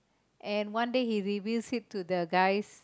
and one day he reveals it to the guy